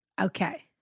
okay